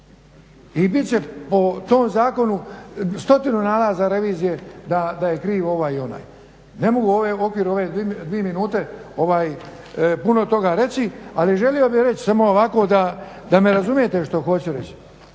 i bit će po tom zakonu stotinu nalaza revizije da je kriv onaj i onaj. Ne mogu u okviru ove dvije minute puno toga reći, ali želio bih reći samo ovako da me razumijete što hoću reći.